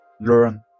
learn